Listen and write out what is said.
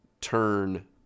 turn